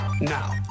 Now